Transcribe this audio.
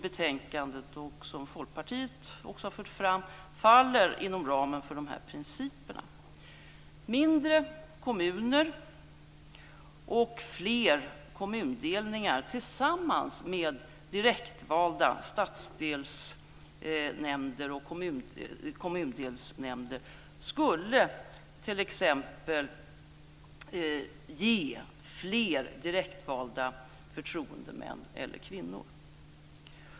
Folkpartiet har fört fram, faller inom ramen för de här principerna. Mindre kommuner och fler kommundelningar tillsammans med direktvalda stadsdelsnämnder och kommundelsnämnder skulle t.ex. ge fler direktoch förtroendevalda män och kvinnor.